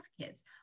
kids